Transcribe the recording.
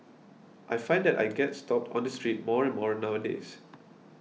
I find that I get stopped on the street more and more nowadays